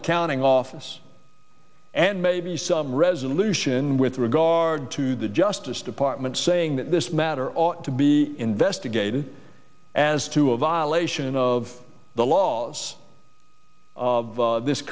accounting office and maybe some resolution with regard to the justice department saying that this matter ought to be investigated as to a violation of the laws of this